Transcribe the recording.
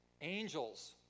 Angels